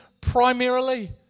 primarily